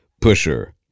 pusher